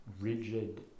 rigid